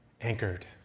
anchored